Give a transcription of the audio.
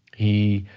he